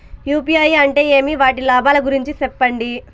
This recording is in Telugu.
యు.పి.ఐ అంటే ఏమి? వాటి లాభాల గురించి సెప్పండి?